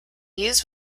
used